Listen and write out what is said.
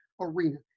Arena